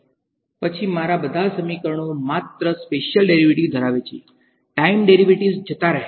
પછી મારા બધા સમીકરણો માત્ર સ્પેશીયલ ડેરિવેટિવ્ઝ ધરાવે છે ટાઈમ ડેરિવેટિવ્ઝ જતા રહ્યા